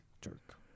jerk